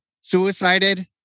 suicided